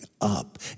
up